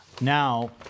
Now